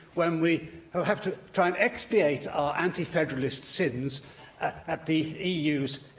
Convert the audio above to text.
when we will have to try and expiate our anti-federalist sins at the eu's